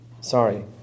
Sorry